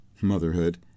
motherhood